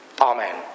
Amen